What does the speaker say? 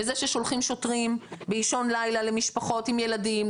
בזה ששולחים שוטרים באישון לילה למשפחות עם ילדים,